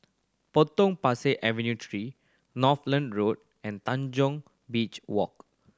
Potong Pasir Avenue Three Northolt Road and Tanjong Beach Walk